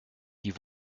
die